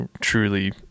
truly